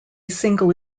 single